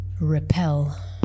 Repel